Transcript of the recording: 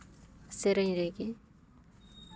ᱥᱮᱨᱮᱧ ᱨᱮᱜᱮ